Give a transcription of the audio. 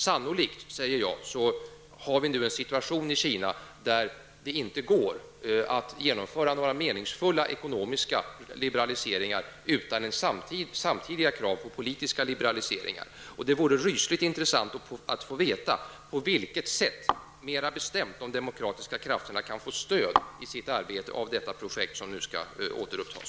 Sannolikt har vi nu en situation i Kina där det inte går att genomföra några meningsfulla ekonomiska liberaliseringar utan samtidiga krav på politiska liberaliseringar. Det vore rysligt intressant att få veta på vilket sätt, mera bestämt, de demokratiska krafterna kan få stöd i sitt arbete av detta projekt, som nu skall återupptas.